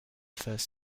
first